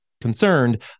concerned